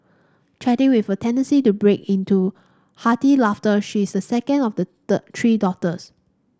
chatty with a tendency to break into hearty laughter she is the second of the the three daughters